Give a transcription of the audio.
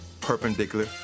perpendicular